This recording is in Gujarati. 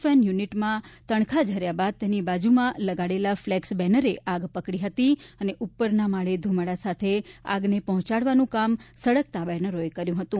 ફેન યુનિટમાં તણખા ઝર્યા બાદ તેની બાજૂમાં લગાડેલા ફલેક્સ બેનરે આગ પકડી હતી અને ઉપરના માળે ધુમાડા સાથે આગને પહોંચાડવાનું કામ સળગતા બેનરોએ કર્યું હતું